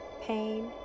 pain